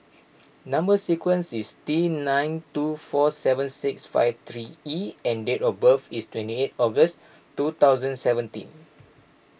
Number Sequence is T nine two four seven six five three E and date of birth is twenty eight August two thousand seventeen